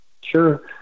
Sure